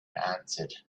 answered